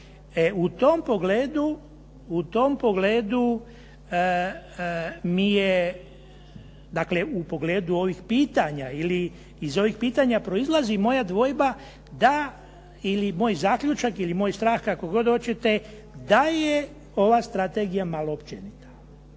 u tom pogledu mi je, dakle u pogledu ovih pitanja ili iz ovih pitanja proizlazi moja dvojba da, ili moj zaključak ili moj strah, kako god hoćete, da je ova strategija malo općenita.